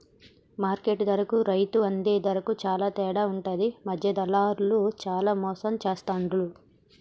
market ధరకు రైతు అందే ధరకు చాల తేడా ఉంటది మధ్య దళార్లు చానా మోసం చేస్తాండ్లు